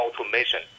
automation